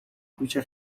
کوچه